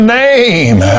name